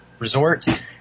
resort